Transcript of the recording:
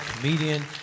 comedian